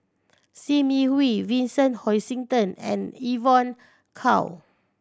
Sim Yi Hui Vincent Hoisington and Evon Kow